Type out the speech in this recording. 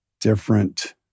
different